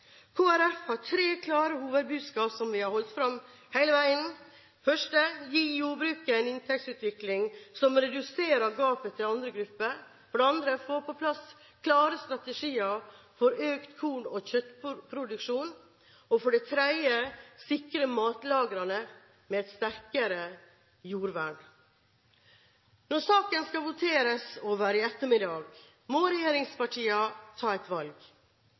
har tre klare hovedbudskap som vi har holdt fram hele veien: gi jordbruket en inntektsutvikling som reduserer gapet til andre grupper få på plass klare strategier for økt korn- og kjøttproduksjon sikre matlagrene med et sterkere jordvern Når saken skal voteres over i ettermiddag, må regjeringspartiene ta et valg.